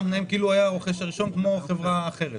תנאים כאילו הוא היה הרוכש הראשון כמו חברה אחרת.